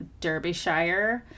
Derbyshire